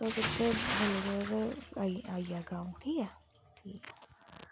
तुस उत्थै बलगे ओ ते आपे आई जागा में ठीक ऐ